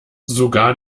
sogar